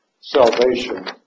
salvation